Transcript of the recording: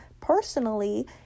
personally